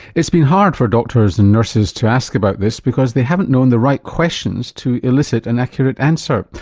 it's been hard for doctors and nurses to ask about this because they haven't known the right questions to elicit an accurate answer.